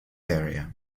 area